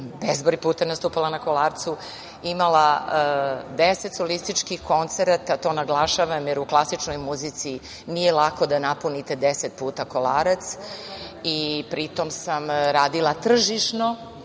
bezbroj puta nastupala na Kolaracu. Imala sam deset solističkih koncerata, to naglašavam, jer u klasičnoj muzici nije lako da napunite deset puta Kolarac i pri tom sam radila tržišno,